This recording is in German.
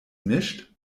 mischt